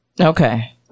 Okay